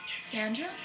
Sandra